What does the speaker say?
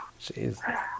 Jeez